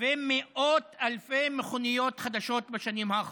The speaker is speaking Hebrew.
ומאות אלפי מכוניות חדשות בשנים האחרונות.